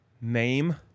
name